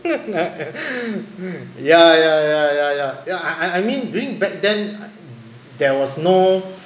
ya ya ya ya ya I I mean during back then there was no